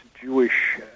Jewish